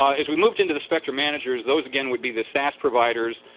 as we moved into the spectrum managers, those, again, would be the sas providers.